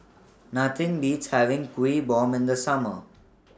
Nothing Beats having Kuih Bom in The Summer